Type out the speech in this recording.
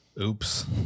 Oops